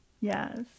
Yes